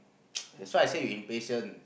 that's why I say you impatient